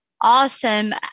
Awesome